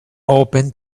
open